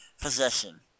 possession